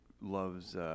loves